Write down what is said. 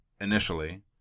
initially